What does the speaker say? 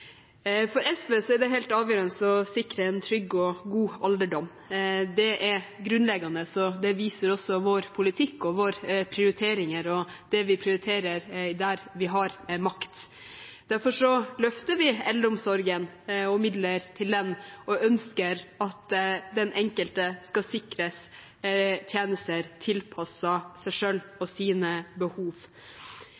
For SV er det helt avgjørende å sikre en trygg og god alderdom. Det er grunnleggende og viser også vår politikk og våre prioriteringer og det vi prioriterer der vi har makt. Derfor løfter vi eldreomsorgen og midler til den og ønsker at den enkelte skal sikres tjenester tilpasset seg selv og sine behov,